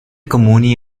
comuni